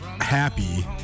happy